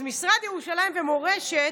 אז משרד ירושלים ומורשת,